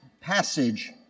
passage